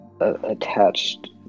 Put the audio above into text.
attached